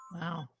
Wow